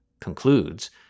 concludes